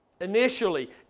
initially